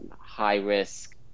high-risk